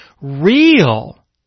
real